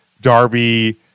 Darby